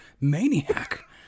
Maniac